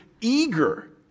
eager